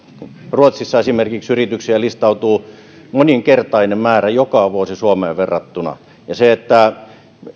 ruotsissa yrityksiä listautuu joka vuosi moninkertainen määrä suomeen verrattuna se että